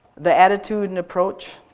the attitude and approach,